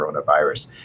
coronavirus